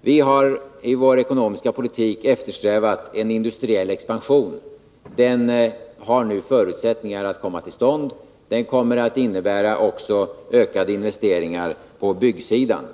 Vi har i vår ekonomiska politik eftersträvat en industriell expansion. Den har nu förutsättningar att komma till stånd. Den kommer också att innebära ökade investeringar på byggsidan.